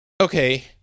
Okay